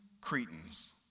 Cretans